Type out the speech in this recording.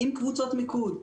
עם קבוצות מיקוד,